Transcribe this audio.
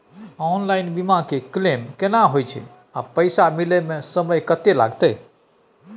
Online बीमा के claim केना होय छै आ पैसा मिले म समय केत्ते लगतै?